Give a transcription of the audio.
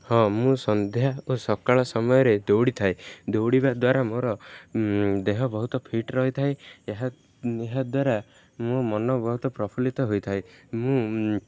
ହଁ ମୁଁ ସନ୍ଧ୍ୟା ଓ ସକାଳ ସମୟରେ ଦୌଡ଼ିଥାଏ ଦୌଡ଼ିବା ଦ୍ୱାରା ମୋର ଦେହ ବହୁତ ଫିଟ୍ ରହିଥାଏ ଏହା ଏହା ଦ୍ୱାରା ମୋ ମନ ବହୁତ ପ୍ରଫୁଲ୍ଲିତ ହୋଇଥାଏ ମୁଁ